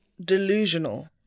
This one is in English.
delusional